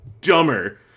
Dumber